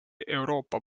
euroopa